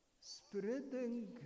spreading